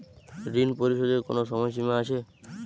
ঋণ পরিশোধের কোনো সময় সীমা আছে?